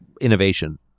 innovation